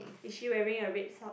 is she wearing a red sock